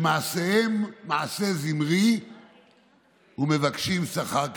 שמעשיהן כמעשה זמרי ומבקשין שכר כפנחס".